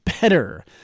better